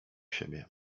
siebie